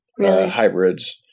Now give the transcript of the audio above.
hybrids